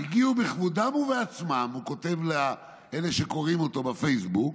"הגיעו בכבודם ובעצמם" הוא כותב לאלה שקוראים אותו בפייסבוק,